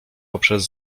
poprzez